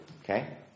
Okay